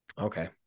Okay